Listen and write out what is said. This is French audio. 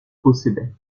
possédait